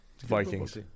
Vikings